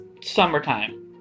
summertime